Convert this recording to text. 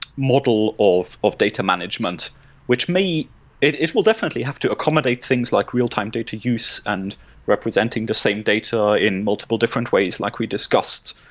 model of of data management which may it it will definitely have to accommodate things like real-time data use and representing the same data in multiple different ways like we discussed,